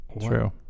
true